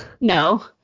No